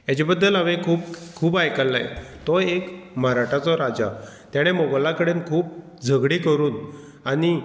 हेजे बद्दल हांवें खूब खूब आयकल्ले तो एक मराठाचो राजा तेणे मुगला कडेन खूब झगडी करून आनी